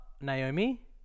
Naomi